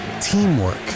teamwork